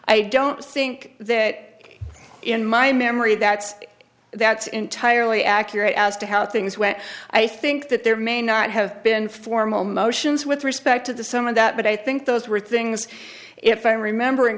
i don't think that in my memory that's that's entirely accurate as to how things went i think that there may not have been formal motions with respect to the some of that but i think those were things if i'm remembering